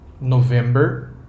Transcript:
november